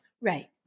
Right